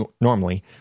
Normally